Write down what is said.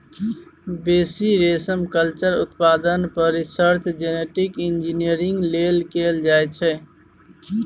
बेसी रेशमकल्चर उत्पादन पर रिसर्च जेनेटिक इंजीनियरिंग लेल कएल जाइत छै